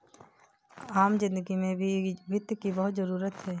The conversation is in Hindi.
आम जिन्दगी में भी वित्त की बहुत जरूरत है